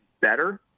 better